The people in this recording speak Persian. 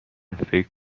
فکر